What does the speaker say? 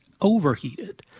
overheated